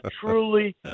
truly